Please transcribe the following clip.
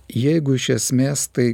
jeigu iš esmės tai